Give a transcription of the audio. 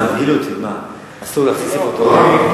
אסור להחזיק ספר תורה?